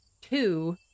two